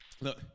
look